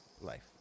life